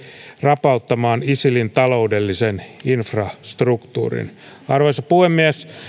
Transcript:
rapauttamaan isilin taloudellisen infrastruktuurin arvoisa puhemies